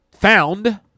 found